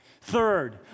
Third